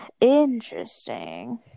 Interesting